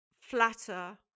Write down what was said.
flatter